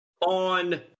on